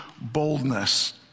boldness